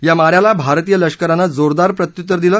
या माऱ्याला भारतीय लष्करानं जोरदार प्रत्युत्तर दिलं